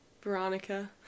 Veronica